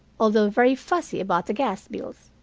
although very fussy about the gas-bills.